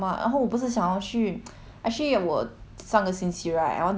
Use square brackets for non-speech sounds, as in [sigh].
actually 我上个星期 right I want to try [noise] a lipstick